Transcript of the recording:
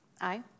Aye